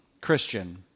Christian